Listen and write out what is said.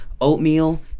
oatmeal